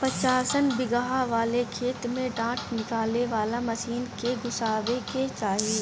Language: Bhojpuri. पचासन बिगहा वाले खेत में डाँठ निकाले वाला मशीन के घुसावे के चाही